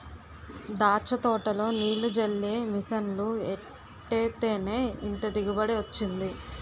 దాచ్చ తోటలో నీల్లు జల్లే మిసన్లు ఎట్టేత్తేనే ఇంత దిగుబడి వొచ్చింది